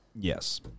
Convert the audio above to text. Yes